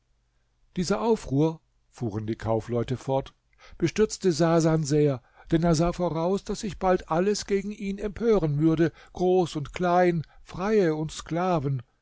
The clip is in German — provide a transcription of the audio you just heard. dieser aufruhr fuhren die kaufleute fort bestürzte sasan sehr denn er sah voraus daß sich bald alles gegen ihn empören würde groß und klein freie und sklaven